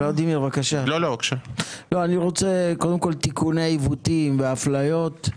קודם כל תיקוני עיוותים ואפליות,